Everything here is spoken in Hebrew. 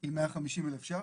היא 150,000 שקלים,